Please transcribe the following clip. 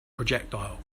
projectile